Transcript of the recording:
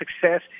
success